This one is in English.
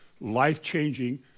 life-changing